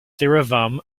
theeravum